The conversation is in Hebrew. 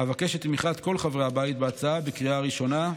אבקש את תמיכת כל חברי הבית בהצעה בקריאה הראשונה.